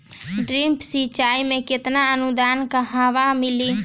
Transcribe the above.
Drip सिंचाई मे केतना अनुदान कहवा से मिली?